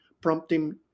prompting